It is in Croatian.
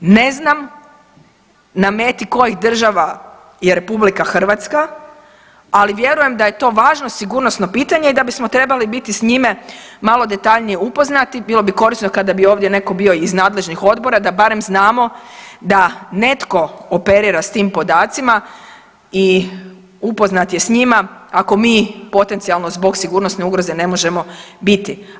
Ne znam na meti kojih država je RH, ali vjerujem da je to važno sigurnosno pitanje i da bismo trebali biti s njime malo detaljnije upoznati i bilo bi korisno kada bi ovdje neko bio iz nadležnih odbora da barem znamo da netko operira s tim podacima i upoznat je s njima ako mi potencijalno zbog sigurnosne ugroze ne možemo biti.